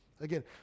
Again